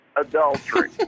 adultery